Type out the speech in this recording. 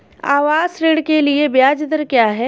आवास ऋण के लिए ब्याज दर क्या हैं?